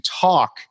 talk